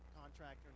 contractor